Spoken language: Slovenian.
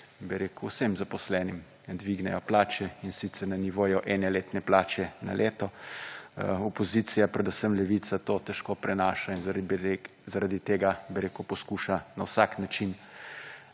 rekel, vsem zaposlenim dvignejo plače, in sicer na nivoju ene letne plače na leto. Opozicija, predvsem Levica to težko prenaša in zaradi tega, bi rekel, poskuša na vsak način